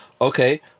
okay